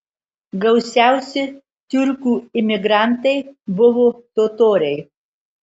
gausiausi tiurkų imigrantai buvo totoriai